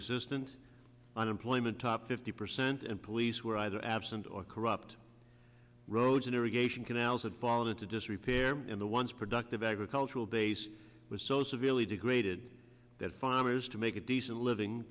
existent unemployment top fifty percent and police were either absent or corrupt roads and irrigation canals had fallen into disrepair and the once productive agricultural base was so severely degraded that farmers to make a decent living